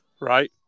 right